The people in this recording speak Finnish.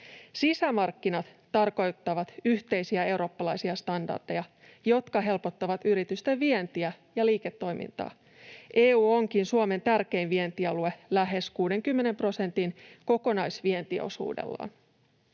Sisämarkkinat tarkoittavat yhteisiä eurooppalaisia standardeja, jotka helpottavat yritysten vientiä ja liiketoimintaa. EU onkin Suomen tärkein vientialue lähes 60 prosentin kokonaisvientiosuudella.